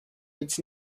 its